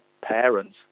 parents